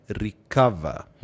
recover